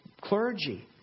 clergy